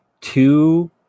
two